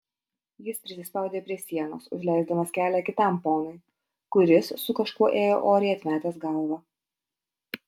jis prisispaudė prie sienos užleisdamas kelią kitam ponui kuris su kažkuo ėjo oriai atmetęs galvą